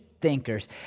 thinkers